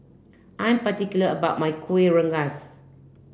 I am particular about my Kuih Rengas